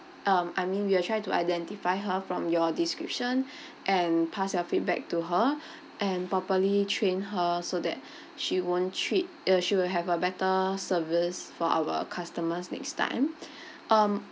um I mean we are try to identify her from your description and pass your feedback to her and properly trained her so that she won't treat uh she will have a better service for our customers next time um